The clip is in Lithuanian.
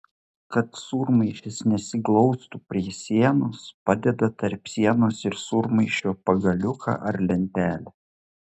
kad sūrmaišis nesiglaustų prie sienos padeda tarp sienos ir sūrmaišio pagaliuką ar lentelę